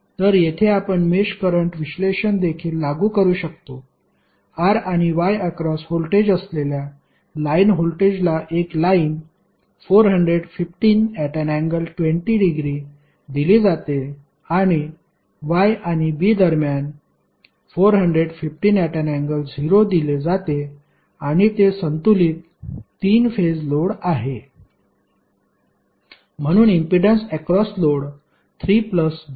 तर येथे आपण मेष करंट विश्लेषण देखील लागू करू शकतो R आणि Y अक्रॉस व्होल्टेज असलेल्या लाईन व्होल्टेजला एक लाइन 415∠20 दिली जाते आणि Y आणि B दरम्यान 415∠0 दिले जाते आणि हे संतुलित 3 फेज लोड आहे म्हणून इम्पीडन्स अक्रॉस लोड 3 j4 आहे